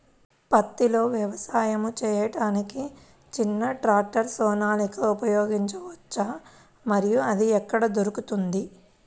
పత్తిలో వ్యవసాయము చేయుటకు చిన్న ట్రాక్టర్ సోనాలిక ఉపయోగించవచ్చా మరియు అది ఎక్కడ దొరుకుతుంది?